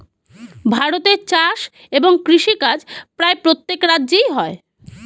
ভারতে চাষ এবং কৃষিকাজ প্রায় প্রত্যেক রাজ্যে হয়